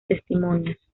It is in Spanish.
testimonios